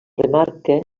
remarca